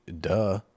Duh